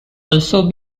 also